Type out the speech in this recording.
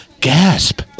Gasp